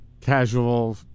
casual